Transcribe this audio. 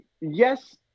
yes